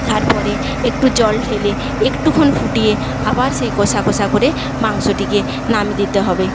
তারপরে একটু জল ঢেলে একটু ক্ষণ ফুটিয়ে আবার সেই কষা কষা করে মাংসটিকে নামিয়ে দিতে হবে